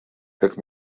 как